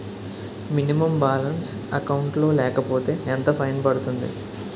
Minimum balance account లో లేకపోతే ఎంత ఫైన్ పడుతుంది?